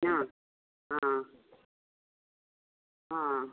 ହଁ ହଁ ହଁ